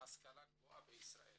ההשכלה הגבוהה בישראל